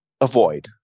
avoid